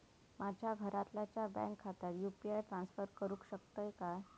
माझ्या घरातल्याच्या बँक खात्यात यू.पी.आय ट्रान्स्फर करुक शकतय काय?